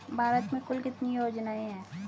भारत में कुल कितनी योजनाएं हैं?